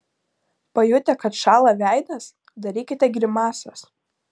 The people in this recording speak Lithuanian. pajutę kad šąla veidas darykite grimasas